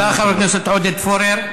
תודה, חבר הכנסת עודד פורר.